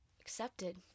accepted